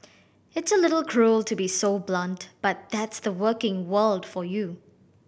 it's a little cruel to be so blunt but that's the working world for you